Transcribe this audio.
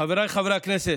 חבריי חברי הכנסת,